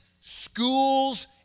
schools